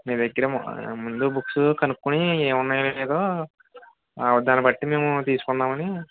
మీ దగ్గర ముందు బుక్స్ కనుకోని ఏమి ఉన్నాయో లేదో దాన్ని బట్టి మేము తీసుకుందాము అని